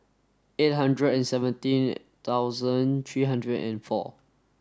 eight hundred and seventeen thousand three hundred and four